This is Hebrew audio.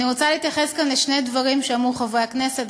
אני רוצה להתייחס כאן לשני דברים שאמרו חברי הכנסת.